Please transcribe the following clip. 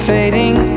Fading